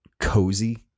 cozy